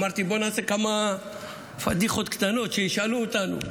אמרתי, בוא נעשה כמה פדיחות קטנות, שישאלו אותנו.